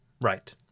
Right